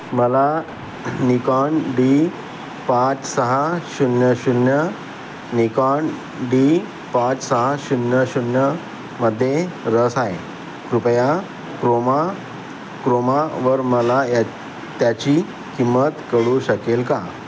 मला Nikon D पाच सहा शून्य शून्य निकॉन डी पाच सहा शून्य शून्य मध्ये रस आहे कृपया क्रोमा क्रोमावर मला या त्याची किंमत कळू शकेल का